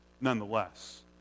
nonetheless